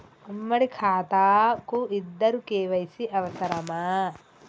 ఉమ్మడి ఖాతా కు ఇద్దరు కే.వై.సీ అవసరమా?